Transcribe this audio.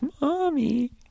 mommy